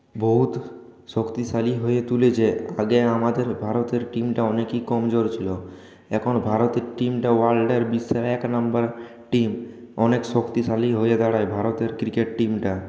বহু শক্তিশালী হয়ে তুলেছে আগে আমাদের ভারতের টিমটা অনেকই কমজোর ছিল এখন ভারতের টিমটা ওয়ার্ল্ডের বিশ্বের এক নম্বর টিম অনেক শক্তিশালী হয়ে দাঁড়ায় ভারতের ক্রিকেট টিমটা